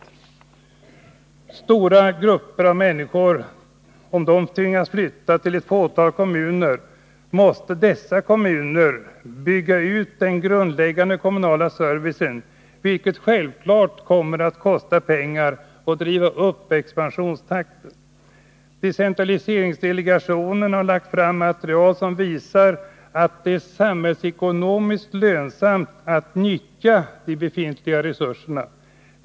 Om stora grupper av människor tvingas flytta till ett fåtal kommuner i vårt land, måste dessa kommuner bygga ut den grundläggande kommunala servicen, vilket självfallet kommer att kosta pengar och driva upp expansionstakten. Decentraliseringsdelegationen har lagt fram material som visar att det är samhällsekonomiskt lönsamt att nyttja de befintliga resurserna.